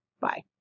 Bye